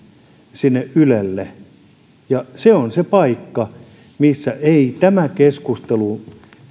ylelle se on se paikka ei tämä keskustelu